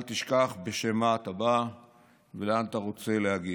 אל תשכח בשם מה באת ולאן אתה רוצה להגיע.